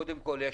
קודם כול,